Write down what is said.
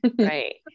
right